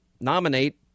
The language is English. nominate